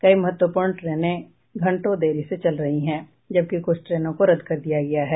कई महत्वपूर्ण ट्रेनें घंटों देरी से चल रही है जबकि कुछ ट्रेनों को रद्द कर दिया गया है